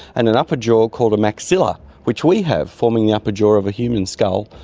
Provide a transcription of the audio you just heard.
and an upper jaw called a maxilla which we have forming the upper jaw of a human skull,